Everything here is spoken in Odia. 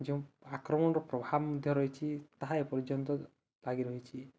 ଯେଉଁ ଆକ୍ରମଣର ପ୍ରଭାବ ମଧ୍ୟ ରହିଛି ତାହା ଏ ପର୍ଯ୍ୟନ୍ତ ଲାଗି ରହିଛି